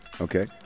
okay